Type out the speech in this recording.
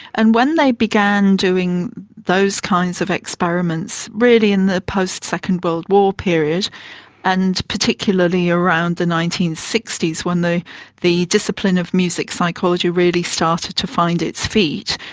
and when they began doing those kinds of experiments, really in the post-second world war period and particularly around the nineteen sixty s when the discipline of music psychology really started to find its feet,